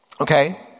Okay